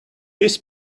this